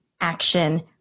action